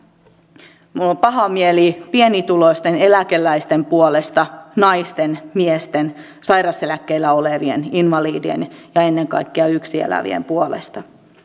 minulla on paha mieli pienituloisten eläkeläisten puolesta naisten miesten sairauseläkkeellä olevien invalidien ja ennen kaikkea yksin elävien puolesta